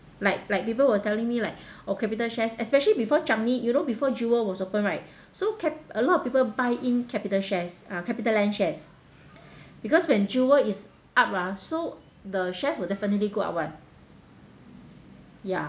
like like people were telling me like oh capital shares especially before changi you know before jewel was open right so cap~ a lot of people buy in capital shares uh capitaland shares because when jewel is up ah so the shares will definitely go up [one] ya